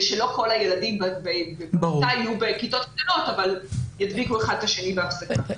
שלא כל הילדים בכיתה יהיו בכיתות קטנות אבל ידביקו אחד את השני בהפסקה.